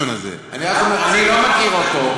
אז אדוני ישיב בכתב.